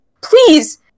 Please